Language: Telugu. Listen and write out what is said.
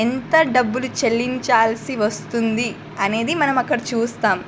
ఎంత డబ్బులు చెల్లించాల్సి వస్తుంది అనేది మనం అక్కడ చూస్తాం